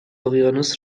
اقیانوس